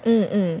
mm mm